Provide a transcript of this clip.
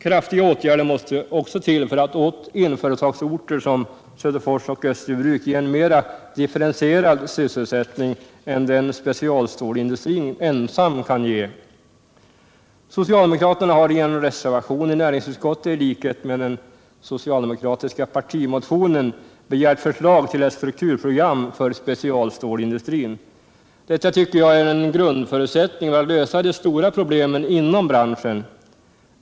Kraftiga åtgärder måste också till för att åt ettföretagsorter som Söderfors och Österbybruk ge en mera differentierad sysselsättning än den specialstålindustrin ensam kan ge. Socialdemokraterna har i en reservation till näringsutskottet, i likhet med den socialdemokratiska partimotionen, begärt förslag till ett strukturprogram för specialstålindustrin. Detta tycker jag är en grundförutsättning för att lösa de stora problemen inom branschen.